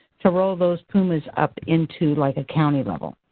to roll those pumas up into like a county level?